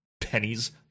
pennies